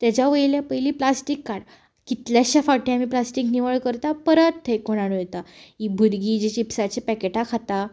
तेच्या वयल्या पयलीं प्लास्टीक काड कितलेशे फावटी आमी प्लास्टीक निवळ करता परत थंय उडयता हीं भुरगीं जी चिप्साचीं पॅकेटां खाता